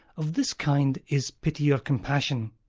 of this kind is pity or compassion,